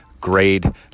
grade